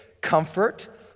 comfort